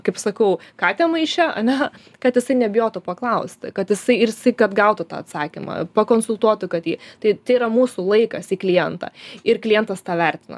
kaip sakau katę maiše ane kad jisai nebijotų paklausti kad jisai ir jisai kad gautų tą atsakymą pakonsultuotų kad jį tai tai yra mūsų laikas į klientą ir klientas tą vertina